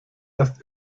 erst